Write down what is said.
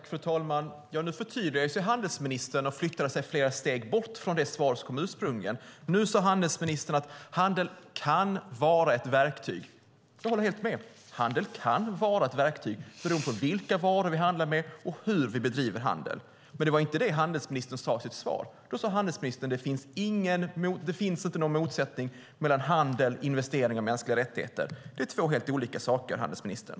Fru talman! Nu förtydligar sig handelsministern och flyttar sig flera steg bort från det svar som ursprungligen kom. Nu sade handelsministern att handel kan vara ett verktyg. Jag håller helt med. Handel kan vara ett verktyg, beroende på vilka varor vi handlar med och hur vi bedriver handel. Men det var inte det som handelsministern sade i sitt svar. Då sade handelsministern att det inte finns någon motsättning mellan handel, investeringar och mänskliga rättigheter. Det är helt olika saker, handelsministern.